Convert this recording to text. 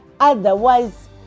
Otherwise